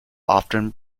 often